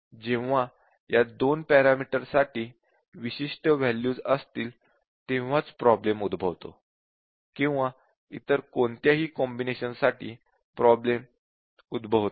जेव्हा या 2 पॅरामीटर साठी विशिष्ट वॅल्यूज असतील तेव्हाच प्रॉब्लेम उद्भवतो किंवा इतर कोणत्याही कॉम्बिनेशन्स साठी प्रॉब्लेम उद्भवत नाही